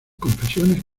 confesiones